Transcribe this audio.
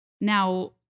now